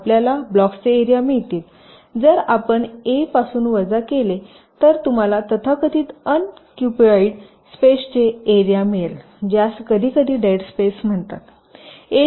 तर आपल्याला ब्लॉक्सचे एरिया मिळतील जर आपण ए पासून वजा केले तर तुम्हाला तथाकथित अनक्युपिड स्पेसचे एरिया मिळेल ज्यास कधीकधी डेड स्पेस म्हणतात